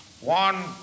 one